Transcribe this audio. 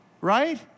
Right